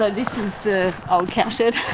ah this is the old cow shed.